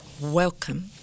Welcome